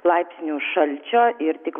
laipsnių šalčio ir tik